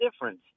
difference